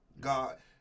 God